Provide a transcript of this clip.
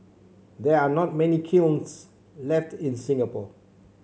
there are not many kilns left in Singapore